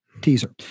teaser